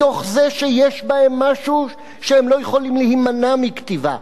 מתוך זה שיש בהם משהו שהם לא יכולים להימנע מכתיבה,